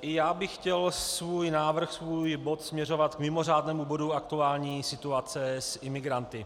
i já bych chtěl svůj návrh, svůj bod směřovat k mimořádnému bodu aktuální situace s imigranty.